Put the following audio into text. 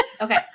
Okay